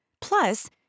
Plus